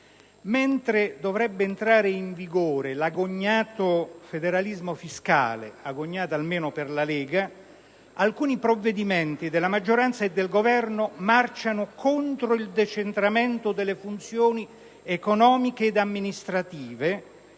Mentre dovrebbe entrare in vigore l'agognato federalismo fiscale - agognato almeno per la Lega - alcuni provvedimenti della maggioranza e del Governo marciano contro il decentramento delle funzioni economiche ed amministrative